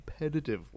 competitively